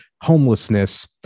homelessness